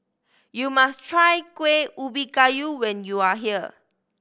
you must try Kuih Ubi Kayu when you are here